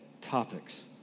topics